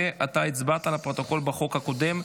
ואתה הצבעת בחוק הקודם.